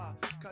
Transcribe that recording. cause